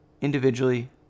individually